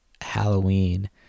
halloween